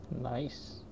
Nice